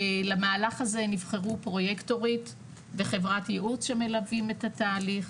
למהלך הזה נבחרו פרויקטורית וחברת ייעוץ שמלווים את התהליך,